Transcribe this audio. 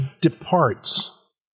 departs